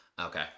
okay